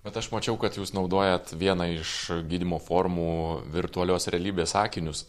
bet aš mačiau kad jūs naudojat vieną iš gydymo formų virtualios realybės akinius